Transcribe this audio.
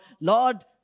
Lord